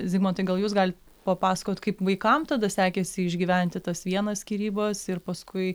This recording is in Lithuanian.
zigmantai gal jūs galit papasakot kaip vaikam tada sekėsi išgyventi tas vienas skyrybas ir paskui